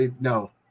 no